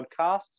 podcasts